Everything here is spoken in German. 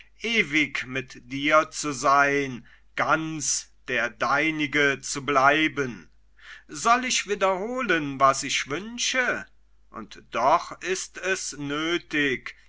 ewig mit dir zu sein ganz der deinige zu bleiben soll ich wiederholen was ich wünsche und doch ist es nötig